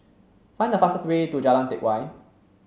find the fastest way to Jalan Teck Whye